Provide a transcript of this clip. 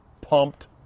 pumped